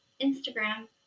Instagram